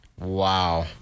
Wow